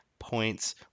Points